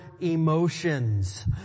emotions